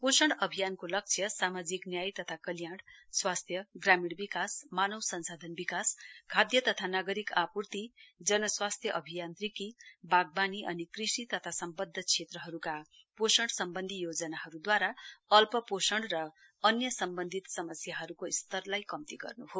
पोषण अभियानको लक्ष्य सामाजिक न्याय तथा कल्याण स्वास्थ्य ग्रामिण विकास मानव संसाधन विकास खाद्य तथा नागरिक आपूर्ति जन स्वास्थ्य अभियन्नत्रिकी वागवानी कृषि तथा सम्बद्ध क्षेत्रहरूका पोषण सम्बन्धी योजनाहरूदवारा अल्प पोषण र अन्य सम्बन्धित समस्याहरूको स्तरलाई कम्ती गर्न् हो